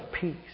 peace